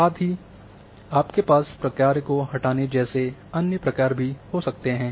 साथ ही आपके पास प्रकार्य को हटाने जैसे अन्य प्रकार्य भी हो सकते हैं